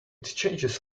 changes